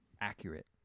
accurate